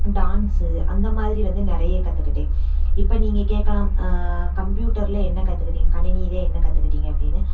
dance அந்தமாதிரி வந்து நிறைய கற்றுக்கிட்டேன் இப்போ நீங்கள் கேட்கலாம் கம்ப்யூட்டரில் என்ன கற்றுக்கிட்டீங்க கணினியில் என்ன கற்றுக்கிட்டீங்க அப்படின்னு